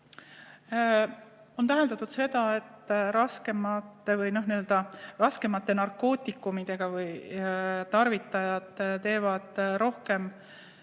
On täheldatud seda, et raskemate narkootikumide tarvitajad on rohkem